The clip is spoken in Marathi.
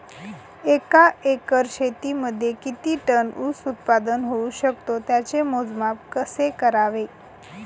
एका एकर शेतीमध्ये किती टन ऊस उत्पादन होऊ शकतो? त्याचे मोजमाप कसे करावे?